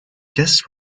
guests